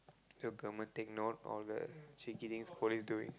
the government take note all the cheeky things police doing